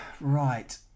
Right